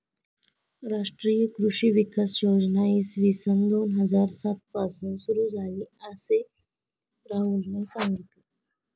राष्ट्रीय कृषी विकास योजना इसवी सन दोन हजार सात पासून सुरू झाली, असे राहुलने सांगितले